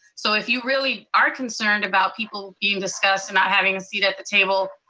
so if you really are concerned about people being discussed, and not having a seat at the table,